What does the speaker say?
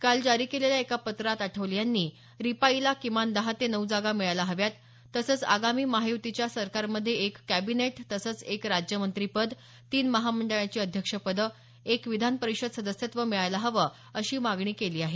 काल जारी केलेल्या एका पत्रात आठवले यांनी रिपाईला किमान दहा ते नऊ जागा मिळायला हव्यात तसंच आगामी महायुतीच्या सरकारमधे एक कॅबिनेट तसंच एक राज्यमंत्री पद तीन महामंडळाची अध्यक्षपदं एक विधान परिषद सदस्यत्व मिळायला हवीत अशी मागणी केली आहे